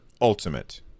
Ultimate